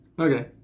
okay